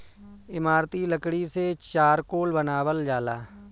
इमारती लकड़ी से चारकोल बनावल जाला